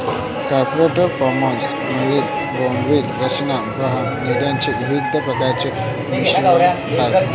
corporate finance मधील भांडवली रचना बाह्य निधीच्या विविध प्रकारांचे मिश्रण आहे